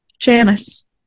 janice